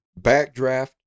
Backdraft